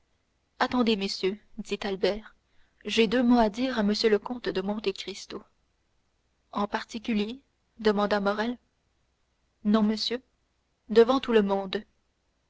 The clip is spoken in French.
attendez messieurs dit albert j'ai deux mots à dire à m le comte de monte cristo en particulier demanda morrel non monsieur devant tout le monde